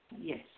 Yes